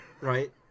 Right